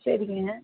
சரிங்க